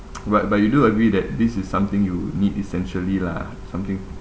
but but you do agree that this is something you need essentially lah something